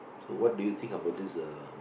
so what do you think about this uh